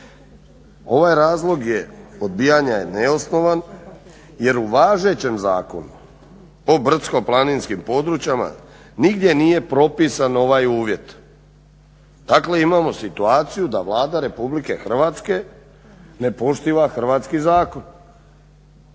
Ovaj razlog odbijanja je neosnovan jer u važećem zakonu o brdsko-planinskim područjima nigdje nije propisan ovaj uvjet, dakle imamo situaciju da Vlada Republike Hrvatske ne poštiva hrvatski zakon.